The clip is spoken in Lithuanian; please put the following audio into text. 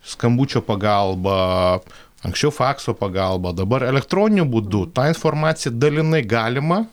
skambučio pagalba anksčiau fakso pagalba dabar elektroniniu būdu tą informaciją dalinai galima